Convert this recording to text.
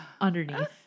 underneath